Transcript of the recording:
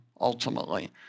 ultimately